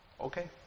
okay